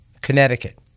Connecticut